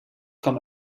kwam